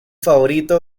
favorito